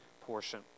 portion